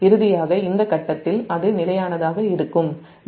இறுதியாக இந்த கட்டத்தில் அது நிலையானதாக இருக்கும் 'b'